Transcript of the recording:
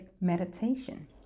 meditation